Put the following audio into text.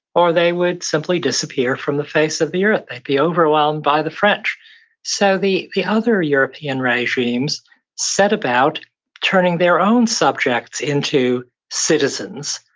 or they would simply disappear from the face of the earth. they'd be overwhelmed by the french so the the other european regimes set about turning their own subjects into citizens.